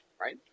right